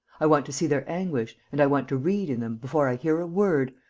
i want to see their anguish and i want to read in them, before i hear a word,